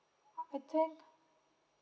I think